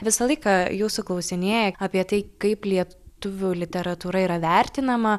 visą laiką jūsų klausinėja apie tai kaip lietuvių literatūra yra vertinama